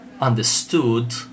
understood